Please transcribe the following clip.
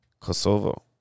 Kosovo